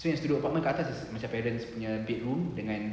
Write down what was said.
so if studio apartment kat atas macam parents nya bedroom dengan